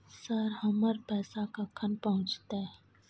Sir, हमर पैसा कखन पहुंचतै?